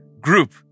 group